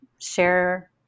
share